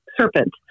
serpent